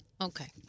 Okay